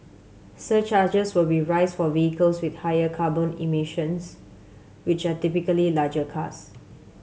surcharges will be rise for vehicles with higher carbon emissions which are typically larger cars